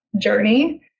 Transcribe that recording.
journey